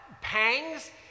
pangs